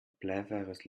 bleifreies